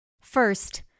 First